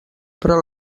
però